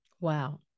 Wow